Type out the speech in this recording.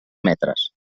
metres